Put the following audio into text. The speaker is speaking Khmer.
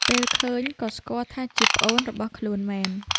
ពេលឃើញក៏ស្គាល់ថាជាប្អូនរបស់ខ្លួនមែន។